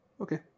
Okay